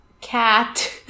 Cat